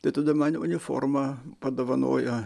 tai tada man uniformą padovanojo